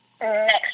Next